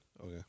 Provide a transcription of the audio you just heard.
Okay